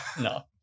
No